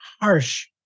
harsh